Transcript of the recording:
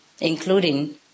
including